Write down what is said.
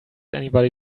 anybody